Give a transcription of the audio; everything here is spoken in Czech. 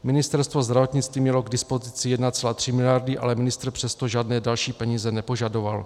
Ministerstvo zdravotnictví mělo k dispozici 1,3 miliardy, ale ministr přesto žádné další peníze nepožadoval.